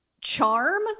charm